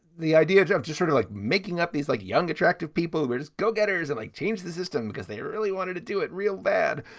the idea you have to sort of like making up these like young, attractive people but is go getters and like change the system because they really wanted to do it real bad.